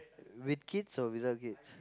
with kids or without kids